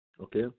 Okay